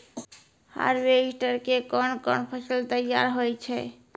Harvester के कोन कोन फसल तैयार होय छै?